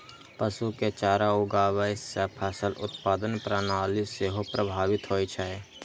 पशु के चारा उगाबै सं फसल उत्पादन प्रणाली सेहो प्रभावित होइ छै